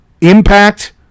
Impact